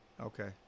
Okay